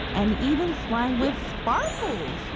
and even slime with sparkles.